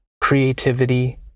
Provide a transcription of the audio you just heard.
creativity